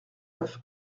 neuf